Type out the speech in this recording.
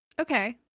Okay